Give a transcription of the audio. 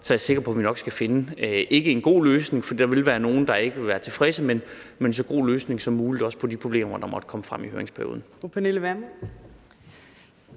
så er jeg sikker på, at vi nok skal finde, ikke en god løsning, for der vil være nogle, der ikke vil være tilfredse, men en så god løsning som muligt, også på de problemer, der måtte komme frem i høringsperioden.